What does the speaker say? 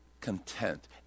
content